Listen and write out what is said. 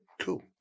Cool